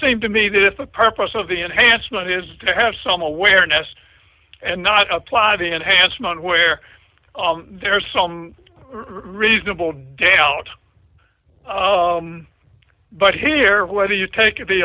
seem to me that if the purpose of the enhancement is to have some awareness and not apply the enhancement where there's some reasonable doubt but here whether you take